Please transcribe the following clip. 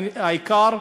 העיקר,